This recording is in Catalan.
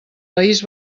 país